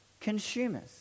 consumers